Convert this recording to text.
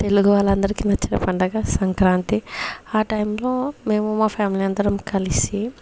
తెలుగు వాళ్లందరికీ నచ్చిన పండుగ సంక్రాంతి ఆ టైమ్లో మేము మా ఫ్యామిలీ అందరం కలిసి